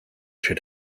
should